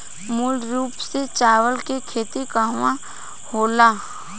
मूल रूप से चावल के खेती कहवा कहा होला?